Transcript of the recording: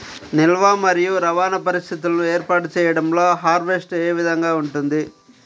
నిల్వ మరియు రవాణా పరిస్థితులను ఏర్పాటు చేయడంలో హార్వెస్ట్ ఏ విధముగా ఉంటుంది?